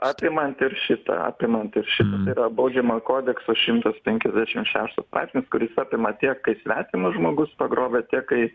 apimant ir šitą apimant ir šitą tai yra baudžiamojo kodekso šimtas penkiasdešimt šeštas straipsnis kuris apima tiek kai svetimas žmogus pagrobia tiek kai